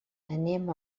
anem